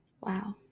wow